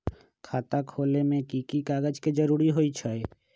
खाता खोले में कि की कागज के जरूरी होई छइ?